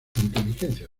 inteligencia